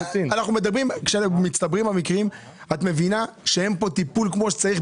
כאשר מצטברים המקרים את מבינה שאין כאן טיפול כמו שצריך,